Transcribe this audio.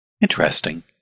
Interesting